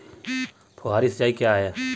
फुहारी सिंचाई क्या है?